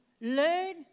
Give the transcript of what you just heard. learn